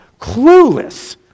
clueless